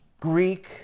Greek